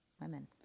women